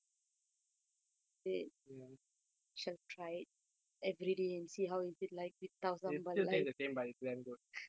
it shall try it everyday and see how is it like with tau sambal it still taste the same but it's damn good